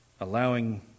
allowing